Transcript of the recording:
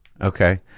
Okay